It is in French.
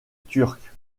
turque